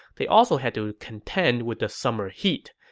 they also had to contend with the summer heat.